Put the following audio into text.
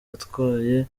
atwaye